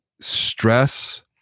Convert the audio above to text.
stress